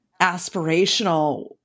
aspirational